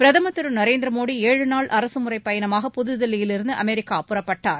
பிரதமர் திரு நரேந்திர மோடி ஏழு நாள் அரசுமுறை பயணமாக புதுதில்லியிலிருந்து அமெரிக்கா புறப்பட்டார்